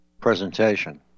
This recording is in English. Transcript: presentation